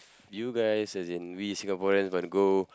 you guys as in we Singaporeans want to go